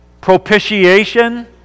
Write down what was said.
propitiation